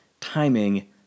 timing